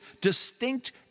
distinct